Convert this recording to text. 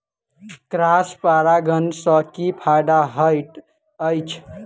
Cross परागण सँ की फायदा हएत अछि?